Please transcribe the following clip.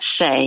say